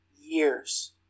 years